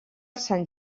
sant